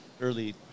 early